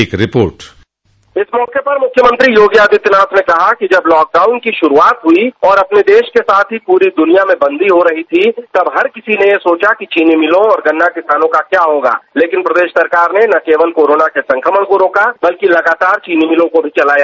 एक रिपोर्ट इस मौके पर मुख्यमंत्री योगी आदित्यनाथ ने कहा कि जब लॉकडाउन की शुरुआत हुई और अपने देश के साथ ही पूरी दुनिया में बंदी हो रही थी तब हर किसी ने ये सोचा कि चीनी मिलों और गन्ना किसानों का क्या होगा लेकिन प्रदेश सरकार ने न केवल कोरोना के संक्रमण को रोका बल्कि लगातार चीनी मिलों को भी चलाया